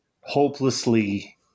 hopelessly